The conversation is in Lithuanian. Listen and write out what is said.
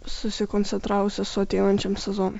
susikoncentravus esu ateinančiam sezonui